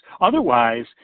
Otherwise